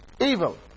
Evil